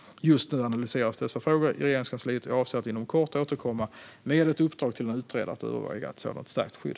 Just nu analyseras dessa frågor i Regeringskansliet, och jag avser att inom kort återkomma med ett uppdrag till en utredare att överväga ett sådant stärkt skydd.